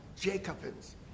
Jacobins